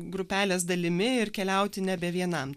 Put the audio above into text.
grupelės dalimi ir keliauti nebe vienam